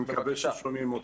אני מקווה ששומעים אותי.